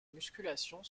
musculation